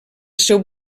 seu